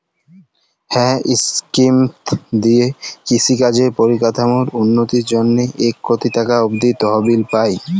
হাঁ ইস্কিমট দিঁয়ে কিষি কাজের পরিকাঠামোর উল্ল্যতির জ্যনহে ইক কটি টাকা অব্দি তহবিল পায়